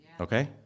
Okay